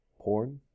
Porn